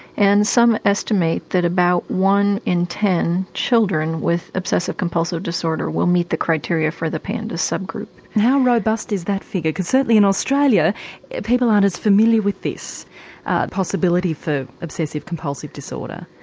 and some estimate that about one in ten children with obsessive compulsive disorder will meet the criteria for the pandas sub group. and how robust is that figure? because certainly in australia people aren't as familiar with this possibility for obsessive compulsive disorder.